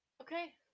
Okay